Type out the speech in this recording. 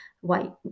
white